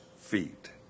feet